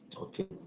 Okay